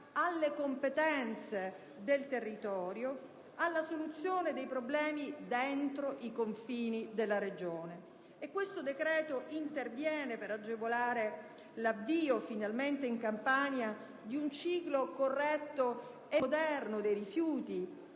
alle competenze del territorio, alla soluzione dei problemi dentro i confini della Regione. Il decreto-legge oggi in esame interviene per agevolare l'avvio, finalmente, in Campania di un ciclo corretto e moderno dei rifiuti